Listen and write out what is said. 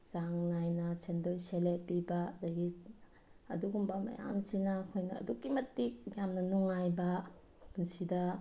ꯆꯥꯡ ꯅꯥꯏꯅ ꯁꯦꯟꯗꯣꯏ ꯁꯦꯂꯦꯞ ꯄꯤꯕ ꯑꯗꯒꯤ ꯑꯗꯨꯒꯨꯝꯕ ꯃꯌꯥꯝꯁꯤꯅ ꯑꯩꯈꯣꯏꯅ ꯑꯗꯨꯛꯀꯤ ꯃꯇꯤꯛ ꯌꯥꯝꯅ ꯅꯨꯡꯉꯥꯏꯕ ꯄꯨꯟꯁꯤꯗ